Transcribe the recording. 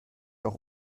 auch